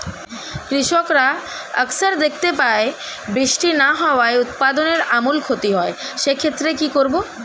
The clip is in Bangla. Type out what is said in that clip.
কৃষকরা আকছার দেখতে পায় বৃষ্টি না হওয়ায় উৎপাদনের আমূল ক্ষতি হয়, সে ক্ষেত্রে কি করব?